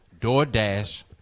DoorDash